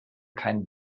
kein